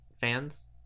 fans